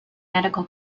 medical